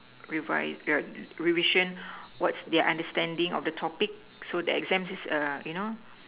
revise revision what's their understanding of the topic so the exams is you know